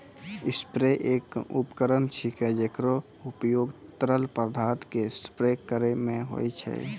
sprayer एक उपकरण छिकै, जेकरो उपयोग तरल पदार्थो क स्प्रे करै म होय छै